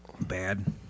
bad